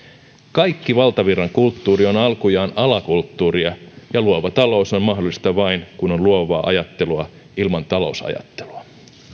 kaikki valtavirran kulttuuri on alkujaan alakulttuuria ja luova talous on mahdollista vain kun on luovaa ajattelua ilman talousajattelua